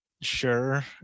sure